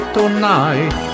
Tonight